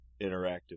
interactive